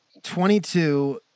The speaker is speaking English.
22